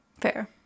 Fair